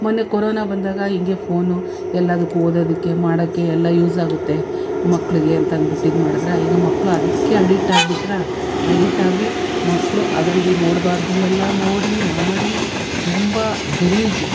ಮೊನ್ನೆ ಕೊರೋನಾ ಬಂದಾಗ ಹಿಂಗೆ ಫೋನು ಎಲ್ಲದಕ್ಕು ಓದೋದಕ್ಕೆ ಮಾಡೋಕ್ಕೆ ಎಲ್ಲ ಯೂಸಾಗುತ್ತೆ ಮಕ್ಳಿಗೆ ಅಂತಂದ್ಬಿಟ್ಟು ಇದ್ಮಾಡಿದ್ರೆ ಈಗ ಮಕ್ಕಳು ಅದಕ್ಕೆ ಅಡಿಕ್ಟಾಗ್ಬಿಟ್ರು ಅಡಿಕ್ಟಾಗಿ ಮಕ್ಕಳು ಅದರಲ್ಲಿ ನೋಡಬಾರ್ದನ್ನೆಲ್ಲ ನೋಡಿ ಮಾಡಿ ತುಂಬ ಗಲೀಜು